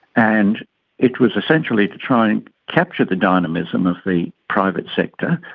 and it was essentially to try and capture the dynamism of the private sector,